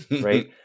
right